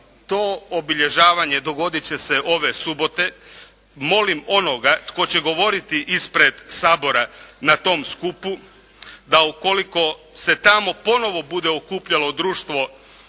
to obilježavanje dogodit će se ove subote, molim onoga tko će govoriti ispred Sabora na tom skupu da ukoliko se tamo ponovo bude okupljalo društvo